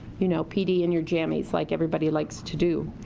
you know, pd in your jammies, like everybody likes to do.